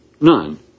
none